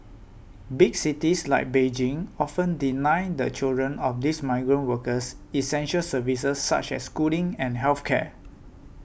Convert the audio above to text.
big cities like Beijing often deny the children of these migrant workers essential services such as schooling and health care